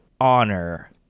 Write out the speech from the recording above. honor